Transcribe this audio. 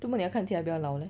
怎么你要看起来比较老 leh